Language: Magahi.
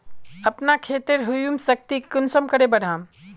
अपना खेतेर ह्यूमस शक्ति कुंसम करे बढ़ाम?